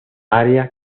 área